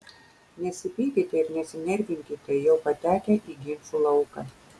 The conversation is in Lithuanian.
nesipykite ir nesinervinkite jau patekę į ginčų lauką